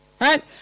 right